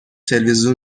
تلویزیون